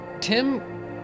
Tim